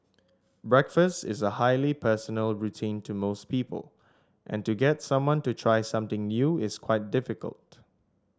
breakfast is a highly personal routine to most people and to get someone to try something new is quite difficult